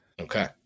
Okay